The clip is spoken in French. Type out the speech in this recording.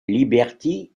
liberty